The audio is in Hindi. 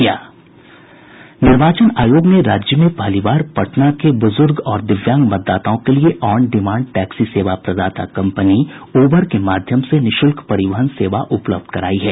निर्वाचन आयोग ने राज्य में पहली बार पटना के बूजूर्ग और दिव्यांग मतदाताओं के लिए ऑन डिमांड टैक्सी सेवा प्रदाता कम्पनी उबर के माध्यम से निःशुल्क परिवहन सेवा उपलब्ध करायी है